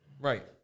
Right